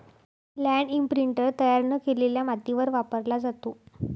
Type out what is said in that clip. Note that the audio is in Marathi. लँड इंप्रिंटर तयार न केलेल्या मातीवर वापरला जातो